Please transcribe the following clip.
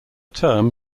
term